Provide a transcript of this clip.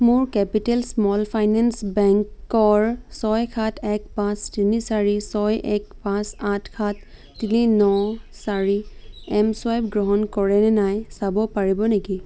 মোৰ capital small finance বেংকৰ ছয় সাত এক পাঁচ তিনি চাৰি ছয় এক পাঁচ আঠ সাত তিনি ন চাৰি একাউণ্টটোৱে এম চুৱাইপ গ্ৰহণ কৰে নে নাই চাব পাৰিব নেকি